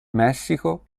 messico